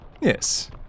Yes